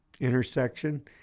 Intersection